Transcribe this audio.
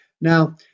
Now